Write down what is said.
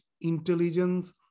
intelligence